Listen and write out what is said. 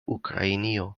ukrainio